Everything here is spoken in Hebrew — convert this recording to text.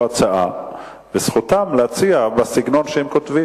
באמצע הצבעה לא מפריעים.